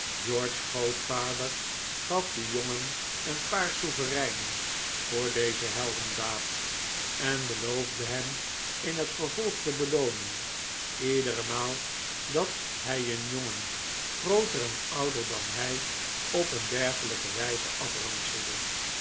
george's grootvader gaf den jongen een paar souvereinen voor deze heldendaad en beloofde hem in het vervolg te beloonen iedere maal dat hij een jongen grooter en ouder dan hij op een dergelijke wijze